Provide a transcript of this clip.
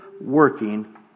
working